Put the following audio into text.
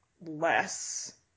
less